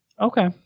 Okay